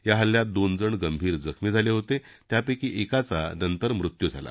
या हल्ल्यात दोनजण गंभीर जखमी झाले होते त्यापैकी एकाचा नंतर मृत्यू झाला